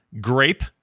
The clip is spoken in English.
Grape